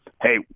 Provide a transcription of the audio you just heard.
hey